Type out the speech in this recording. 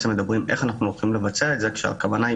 איך אנחנו הולכים לבצע את זה כשהכוונה היא